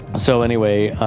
so, anyway,